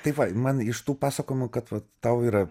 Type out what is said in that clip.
tai va man iš tų pasakojimų kad vat tau yra